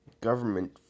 government